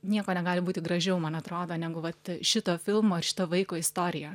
nieko negali būti gražiau man atrodo negu vat šito filmo ir šito vaiko istorija